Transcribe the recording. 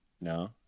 No